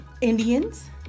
Indians